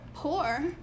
poor